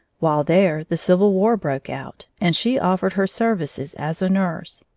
while there, the civil war broke out, and she offered her services as a nurse.